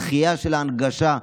דחייה של ההנגשה,